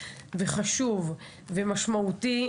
חשוב ומשמעותי,